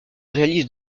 réalise